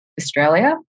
Australia